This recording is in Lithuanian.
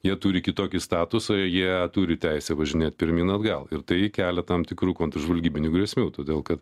jie turi kitokį statusą jie turi teisę važinėt pirmyn atgal ir tai kelia tam tikrų kontržvalgybinių grėsmių todėl kad